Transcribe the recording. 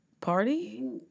party